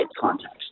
context